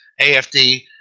AFD